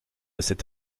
cette